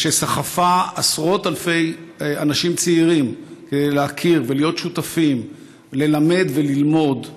ושסחפה עשרות אלפי אנשים צעירים להכיר ולהיות שותפים ללמד וללמוד,